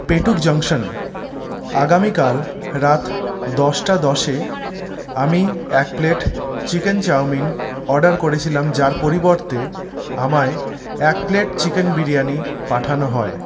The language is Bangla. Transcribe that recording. পেটুক জংশন আগামীকাল রাত দশটা দশে আমি এক প্লেট চিকেন চাউমিন অর্ডার করেছিলাম যার পরিবর্তে আমায় এক প্লেট চিকেন বিরিয়ানি পাঠানো হয়